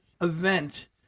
event